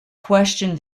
questioned